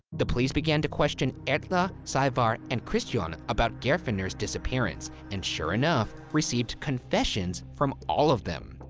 the police began to question erla, saevar, and kristjan about geirfinnur's disappearance and, sure enough, received confessions from all of them.